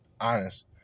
honest